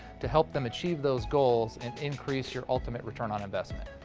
to help them achieve those goals and increase your ultimate return on investment?